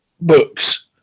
books